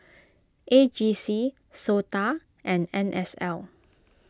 A G C S O T A and N S L